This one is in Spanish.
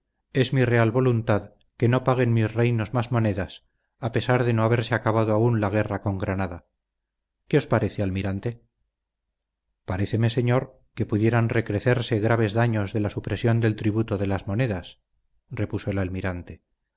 es mi real voluntad que no paguen mis reinos más monedas a pesar de no haberse acabado aún la guerra con granada qué os parece almirante paréceme señor que pudieran recrecerse graves daños de la supresión del tributo de las monedas repuso el almirante